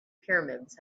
pyramids